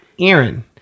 Aaron